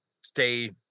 stay